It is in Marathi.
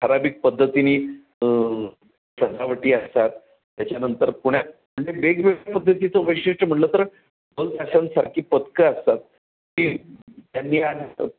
ठराविक पद्धतीने सजावटी असतात त्याच्यानंतर पुण्यात म्हणजे वेगवेगळ्या पद्धतीचं वैशिष्ट्य म्हटलं तर ढोलताशांसारखी पथकं असतात ती त्यांनी